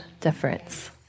difference